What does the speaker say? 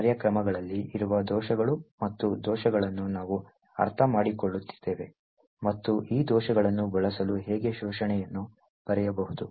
ಈ ಕಾರ್ಯಕ್ರಮಗಳಲ್ಲಿ ಇರುವ ದೋಷಗಳು ಮತ್ತು ದೋಷಗಳನ್ನು ನಾವು ಅರ್ಥಮಾಡಿಕೊಳ್ಳುತ್ತಿದ್ದೇವೆ ಮತ್ತು ಈ ದೋಷಗಳನ್ನು ಬಳಸಲು ಹೇಗೆ ಶೋಷಣೆಯನ್ನು ಬರೆಯಬಹುದು